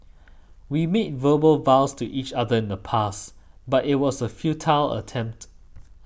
we made verbal vows to each other in the past but it was a futile attempt